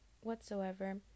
whatsoever